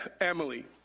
Emily